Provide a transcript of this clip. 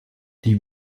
die